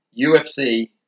UFC